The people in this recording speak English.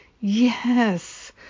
yes